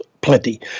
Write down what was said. plenty